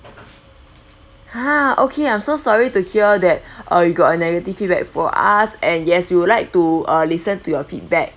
ha okay I'm so sorry to hear that uh you got a negative feedback for us and yes we would like to uh listen to your feedback